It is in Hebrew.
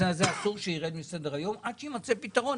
אסור שהנושא הזה ירד מסדר היום עד שיימצא פתרון.